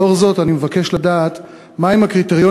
לאור זאת אני מבקש לדעת מה הם הקריטריונים